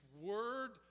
Word